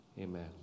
Amen